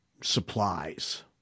supplies